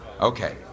Okay